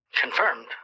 Confirmed